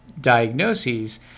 diagnoses